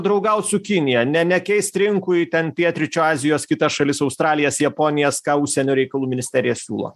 draugaut su kinija ne nekeist rinkų į ten pietryčių azijos kita šalis australijas japonijas ką užsienio reikalų ministerija siūlo